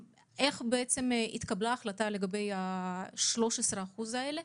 איך התקבלה ההחלטה לגבי ה-13% האלה?